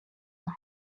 and